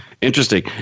Interesting